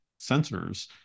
sensors